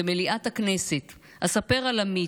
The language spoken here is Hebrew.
במליאת הכנסת, על עמית,